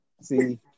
See